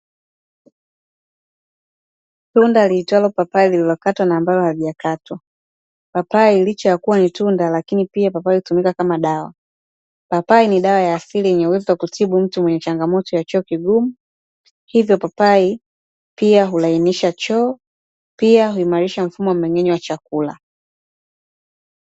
Tunda liitwalo papai lililokatwa na ambalo halijakatwa. Papai licha ya kua ni tunda lakini pia papai hutumika kama dawa. Papai ni dawa ya asili yenye uwezo wa kutibu mtu mwenye changamoto ya choo kigumu. Hivyo papai pia hulainisha choo, pia huimarisha mfumo wa mmeng'enyo wa chakula.